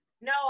No